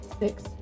six